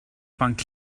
banc